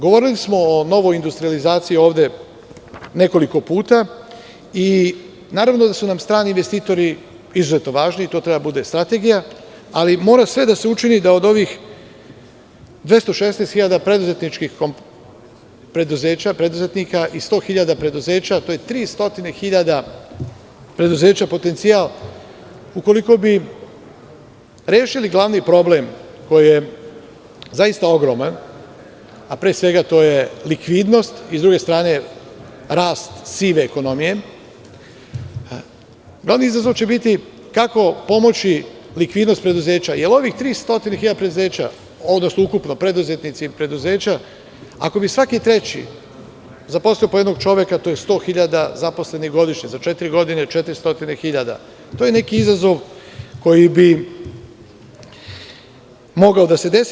Govorili smo o novoj industrijalizaciji nekoliko puta i naravno da su nam strani investitori izuzetno važni i to treba da bude strategija, ali mora sve da se učini, da od ovih 216 hiljada preduzetnika i 100 hiljada preduzeća, to je 300 hiljada preduzeća, potencijal, i ukoliko bi rešili glavni problem koji je zaista ogroman, a to je likvidnost, a sa druge strane rast sive ekonomije, glavni izazov će biti kako pomoći likvidnost preduzeća, jer ovih 300 hiljada preduzeća, ako bi svaki treći zaposlio po jednog čoveka, to je 100 hiljada zaposlenih godišnje, za četiri godine je 400 hiljada i to je neki izazov koji bi mogao da se desi.